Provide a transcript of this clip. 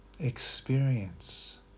experience